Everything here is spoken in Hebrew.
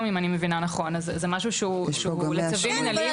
זה משהו שהוא בעייתי מאוד לצווים מינהליים.